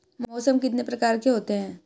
मौसम कितने प्रकार के होते हैं?